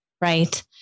right